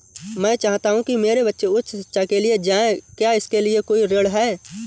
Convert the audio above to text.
मैं चाहता हूँ कि मेरे बच्चे उच्च शिक्षा के लिए जाएं क्या इसके लिए कोई ऋण है?